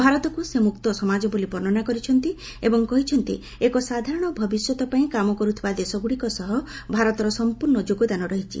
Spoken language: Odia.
ଭାରତକ୍ର ସେ ମ୍ରକ୍ତ ସମାଜ ବୋଲି ବର୍ଷନା କରିଛନ୍ତି ଏବଂ କହିଛନ୍ତି ଏକ ସାଧାରଣ ଭବିଷ୍ୟତ ପାଇଁ କାମ କର୍ତ୍ତିବା ଦେଶଗ୍ରଡ଼ିକ ସହ ଭାରତର ସମ୍ପର୍ଣ୍ଣ ଯୋଗଦାନ ରହିଛି